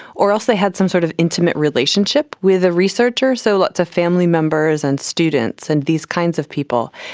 or else they had some sort of intimate relationship with a researcher, so lots of family members and students and these kinds of people.